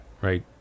right